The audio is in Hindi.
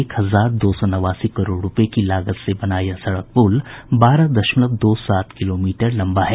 एक हजार दो सौ नवासी करोड़ रूपये की लागत से बना यह सड़क प्रल बारह दशमलव दो सात किलोमीटर लंबा है